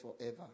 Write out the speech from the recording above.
forever